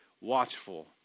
watchful